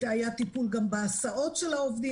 היה גם טיפול בהסעות של העובדים,